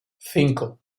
cinco